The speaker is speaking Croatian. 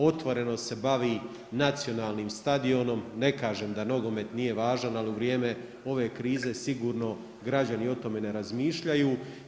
Otvoreno se bavi nacionalnim stadionom, ne kažem da nogomet nije važan ali u vrijeme ove krize sigurno građani o tome ne razmišljaju.